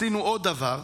עשינו עוד דבר,